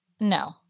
No